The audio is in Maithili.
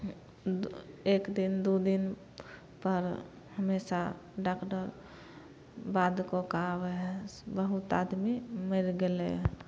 एक दिन दू दिन पर हमेशा डागदर बाद कऽ कऽ आबै हइ बहुत आदमी मरि गेलै हइ